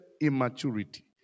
immaturity